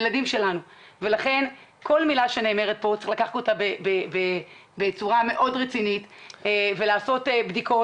לכן כל מילה שנאמרת פה צריך לקחת בצורה רצינית ולעשות בדיקות.